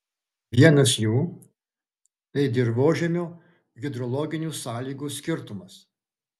vienas jų tai dirvožemio hidrologinių sąlygų skirtumas